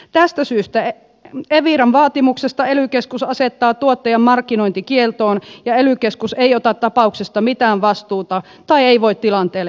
tästä syystä eviran vaatimuksesta ely keskus asettaa tuottajan markkinointikieltoon ja ely keskus ei ota tapauksesta mitään vastuuta tai ei voi tilanteelle mitään